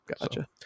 Gotcha